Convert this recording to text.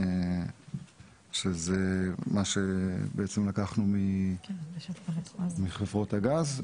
שזה בעצם מה שלקחנו מחברות הגז,